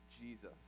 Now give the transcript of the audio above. Jesus